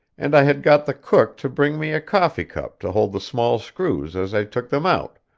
and i had got the cook to bring me coffee-cup to hold the small screws as i took them out,